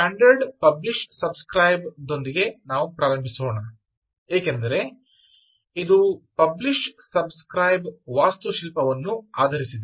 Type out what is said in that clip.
standard publish subscribe ಯೊಂದಿಗೆ ನಾವು ಪ್ರಾರಂಭಿಸೋಣ ಏಕೆಂದರೆ ಇದು ಪಬ್ಲಿಶ್ ಸಬ್ ಸ್ಕ್ರೈಬ್ ವಾಸ್ತುಶಿಲ್ಪವನ್ನು ಆಧರಿಸಿದೆ